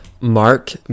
Mark